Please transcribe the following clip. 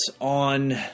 on